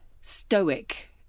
stoic